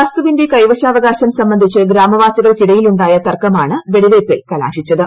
വസ്തുവിന്റെ കൈവശാവകാശം സംബന്ധിച്ച് ഗ്രാമവാസികൾക്കിടയിൽ ഉണ്ടായ തർക്കമാണ് വെടിവയ്പ്പിൽ കലാശിച്ചത്